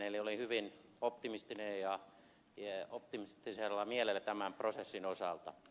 eli he olivat hyvin optimistisella mielellä tämän prosessin osalta